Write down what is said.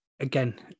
Again